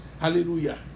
hallelujah